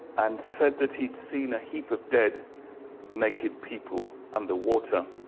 and said that he'd seen a heap of dead naked people underwater.